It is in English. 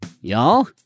y'all